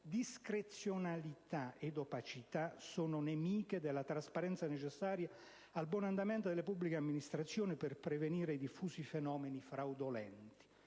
discrezionalità e opacità sono nemiche della trasparenza necessaria al buon andamento delle pubbliche amministrazioni per prevenire i diffusi fenomeni fraudolenti.